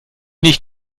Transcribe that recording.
nicht